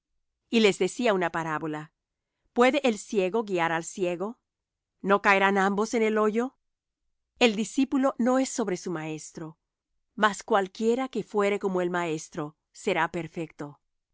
y les decía una parábola puede el ciego guiar al ciego no caerán ambos en el hoyo el discípulo no es sobre su maestro mas cualquiera que fuere como el maestro será perfecto